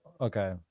okay